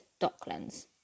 Docklands